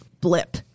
blip